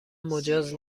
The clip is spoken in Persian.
مجاز